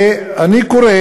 ואני קורא